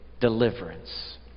deliverance